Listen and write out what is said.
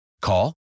Call